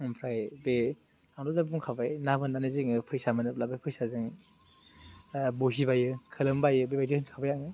ओमफ्राय बेयो आंथ' दहाय बुंखाबाय ना बोननानै जोङो फैसा मोनोब्लाबो फैसाजों बहि बायो कोलोम बायो बेबायदिनो थाबाय आङो